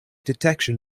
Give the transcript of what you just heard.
detection